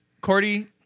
cordy